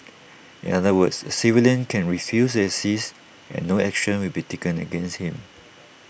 in other words A civilian can refuse to assist and no action will be taken against him